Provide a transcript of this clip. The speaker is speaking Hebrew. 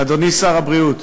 אדוני שר הבריאות,